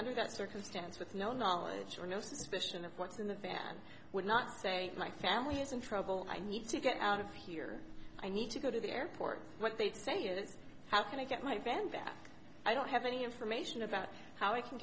under that circumstance with no knowledge or no suspicion of what's in the fan would not say my family is in trouble i need to get out of here i need to go to the airport what they say is how can i get my friend back i don't have any information about how i can